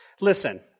Listen